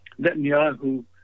Netanyahu